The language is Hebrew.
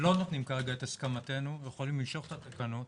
לא נותנים כרגע את הסכמתנו ויכולים למשוך את התקנות